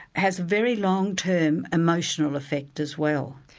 has very long-term, emotional effect as well.